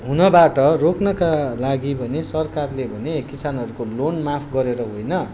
हुनबाट रोक्नका लागि भने सरकारले भने किसानहरूको लोन माफ गरेर होइन